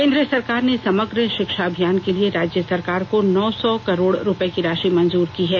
केंद्र सरकार ने समग्र शिक्षा अभियान के लिए राज्य सरकार को नौ सो करोड़ रुपए की राशि मंजूर की है